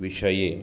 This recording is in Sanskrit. विषये